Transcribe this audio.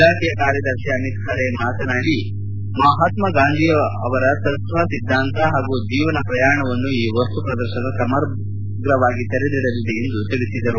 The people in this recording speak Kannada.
ಇಲಾಖೆಯ ಕಾರ್ಯದರ್ಶಿ ಅಮಿತ್ ಖರೆ ಮಾತನಾಡಿ ಮಹಾತ್ಸಗಾಂಧಿ ಅವ ತತ್ವ ಸಿದ್ದಾಂತ ಹಾಗೂ ಜೀವನ ಪ್ರಯಾಣವನ್ನು ಈ ವಸ್ತು ಪ್ರದರ್ಶನ ಸಮಗ್ರವಾಗಿ ತೆರೆದಿಡಲಿದೆ ಎಂದು ತಿಳಿಸಿದರು